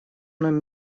нам